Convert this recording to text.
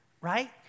right